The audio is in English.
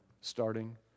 starting